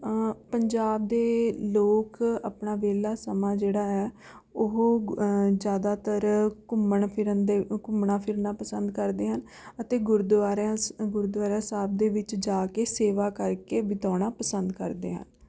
ਪੰਜਾਬ ਦੇ ਲੋਕ ਆਪਣਾ ਵਿਹਲਾ ਸਮਾਂ ਜਿਹੜਾ ਹੈ ਉਹ ਗੁ ਜ਼ਿਆਦਾਤਰ ਘੁੰਮਣ ਫਿਰਨ ਦੇ ਘੁੰਮਣਾ ਫਿਰਨਾ ਪਸੰਦ ਕਰਦੇ ਹਨ ਅਤੇ ਗੁਰਦੁਆਰਿਆਂ ਸ ਗੁਰਦੁਆਰਾ ਸਾਹਿਬ ਦੇ ਵਿੱਚ ਜਾ ਕੇ ਸੇਵਾ ਕਰਕੇ ਬਿਤਾਉਣਾ ਪਸੰਦ ਕਰਦੇ ਹਨ